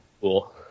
Cool